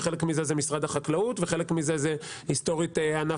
שעל חלק מזה אחראי משרד החקלאות וחלק מזה המועצה לענף הלול,